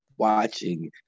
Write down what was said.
watching